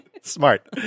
smart